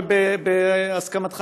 ובהסכמתך,